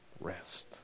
Rest